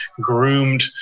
groomed